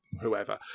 whoever